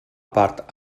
part